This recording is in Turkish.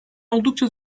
oldukça